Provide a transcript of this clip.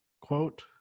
quote